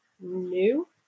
new